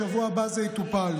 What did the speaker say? בשבוע הבא זה יטופל,